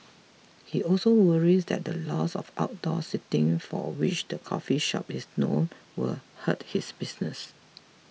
he also worries that the loss of outdoor seating for which the coffee shop is known will hurt his business